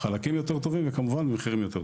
חלקים יותר טובים וכמובן מחירים יותר טובים.